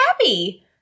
happy